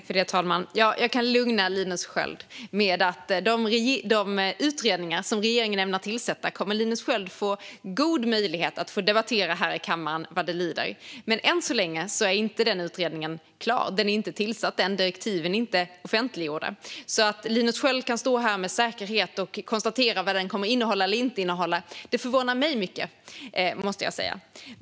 Herr talman! Jag kan lugna Linus Sköld med att de utredningar som regeringen ämnar tillsätta kommer han att få goda möjligheter att debattera här i kammaren vad det lider. Men än så länge är denna utredning inte tillsatt än, och direktiven är inte offentliggjorda. Att Linus Sköld kan stå här och med säkerhet konstatera vad den kommer att innehålla eller inte förvånar mig mycket, måste jag säga.